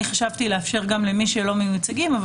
אני חשבתי לאפשר גם למי שלא מיוצגים אבל